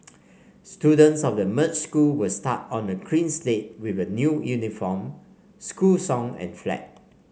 students of the merged school will start on a clean slate with a new uniform school song and flag